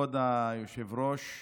כבוד היושב-ראש,